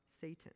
Satan